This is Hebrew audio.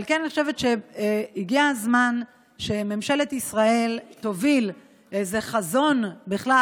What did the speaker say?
לכן אני חושבת שהגיע הזמן שממשלת ישראל תוביל איזה חזון בכלל: